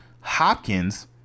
hopkins